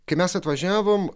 kai mes atvažiavom